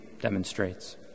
demonstrates